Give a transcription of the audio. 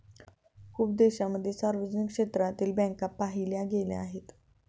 खूप देशांमध्ये सार्वजनिक क्षेत्रातील बँका पाहिल्या गेल्या आहेत